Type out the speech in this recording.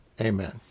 Amen